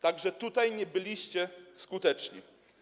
Tak że tutaj nie byliście skuteczni.